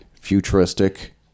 futuristic